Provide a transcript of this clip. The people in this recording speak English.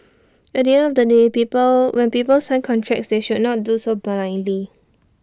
at the end of the day people when people sign contracts they should not do so blindly